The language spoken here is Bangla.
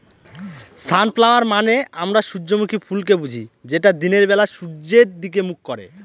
সনফ্ল্যাওয়ার মানে আমরা সূর্যমুখী ফুলকে বুঝি যেটা দিনের বেলা সূর্যের দিকে মুখ করে